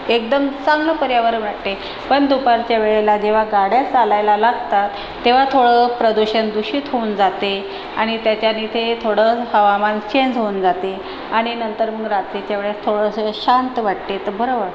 एकदम चांगलं पर्यावरण वाटते पण दुपारच्या वेळेला जेव्हा गाड्या चालायला लागतात तेव्हा थोडं प्रदूषण दूषित होऊन जाते आणि त्याच्यात इथे थोडं हवामान चेंज होऊन जाते आणि नंतर म रात्रीच्या वेळेस थोडसं शांत वाटते त बर वा